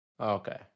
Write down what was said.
Okay